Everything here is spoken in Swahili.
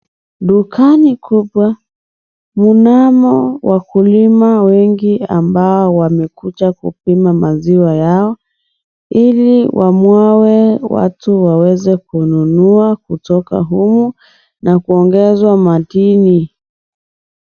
Dukani kubwa, mnamo wakulima wengi ambao wamekuja kupima maziwa yao. Ili wamwage watu waweze kununua kutoka humo na kuongezwa matini.